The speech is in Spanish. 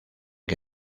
que